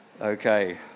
Okay